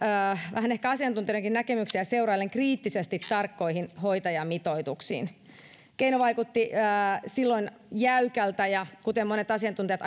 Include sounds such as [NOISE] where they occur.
vähän ehkä asiantuntijoidenkin näkemyksiä seuraillen kriittisesti tarkkoihin hoitajamitoituksiin keino vaikutti silloin jäykältä ja kuten monet asiantuntijat [UNINTELLIGIBLE]